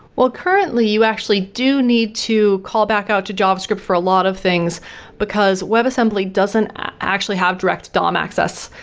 well currently, you actually do need to call back out to java script for a lot of things because web assembly doesn't actually have direct dom access.